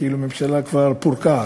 כאילו הממשלה כבר פורקה.